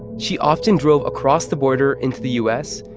she often drove across the border into the u s.